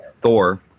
Thor